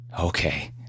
Okay